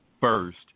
first